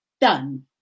done